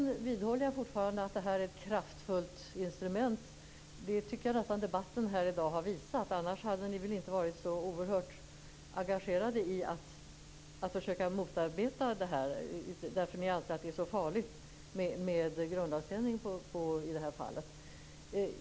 Jag vidhåller fortfarande att det är fråga om ett kraftfullt instrument, och det tycker jag nog att debatten här i dag har visat. Annars hade ni väl inte varit så oerhört engagerade i att försöka motarbeta detta därför att ni anser att det i det här fallet är så farligt med en grundlagsändring.